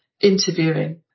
interviewing